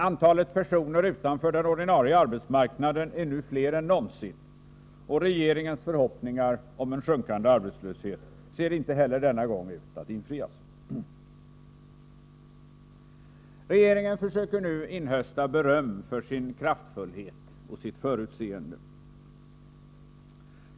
Antalet personer utanför den ordinarie arbetsmarknaden är nu fler än någonsin, och regeringens förhoppningar om en sjunkande arbetslöshet ser inte heller denna gång ut att infrias. Regeringen försöker nu inhösta beröm för sin kraftfullhet och sitt förutseende.